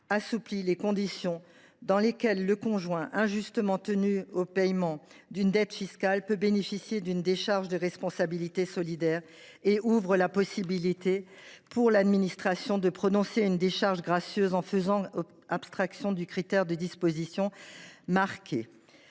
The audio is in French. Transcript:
assouplit les conditions dans lesquelles le conjoint injustement tenu au paiement d’une dette fiscale peut bénéficier d’une décharge de responsabilité solidaire et ouvre la possibilité pour l’administration de prononcer une décharge gracieuse, en faisant abstraction du critère de disproportion marquée.